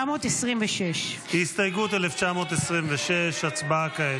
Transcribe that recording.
1926. הסתייגות 1926, הצבעה כעת.